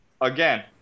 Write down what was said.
again